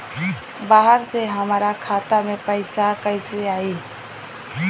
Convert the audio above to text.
बाहर से हमरा खाता में पैसा कैसे आई?